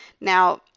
now